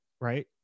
right